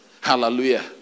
Hallelujah